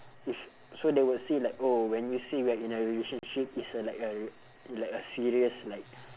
if so they will see like oh when we say we are in a relationship it's uh like a like a serious like